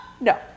No